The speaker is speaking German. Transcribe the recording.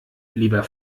lieber